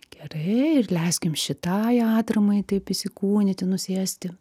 gerai ir leiskim šitai atramai taip įsikūnyti nusėsti